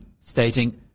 stating